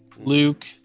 Luke